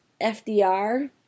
fdr